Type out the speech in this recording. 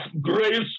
grace